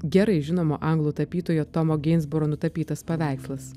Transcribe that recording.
gerai žinomo anglų tapytojo tomo ginsburo nutapytas paveikslas